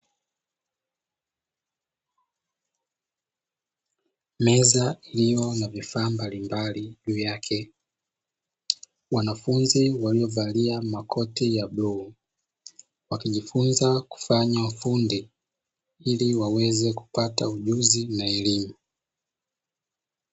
Meza iliyo na vifaa mbalimbali vyake. Wanafunzi waliovalia makoti ya bluu wakijifunza kufanya ufundi, ili waweze kupata ujuzi na elimu.